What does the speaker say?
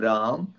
Ram